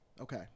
Okay